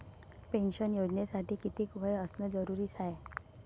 Pension योजनेसाठी कितीक वय असनं जरुरीच हाय?